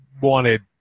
wanted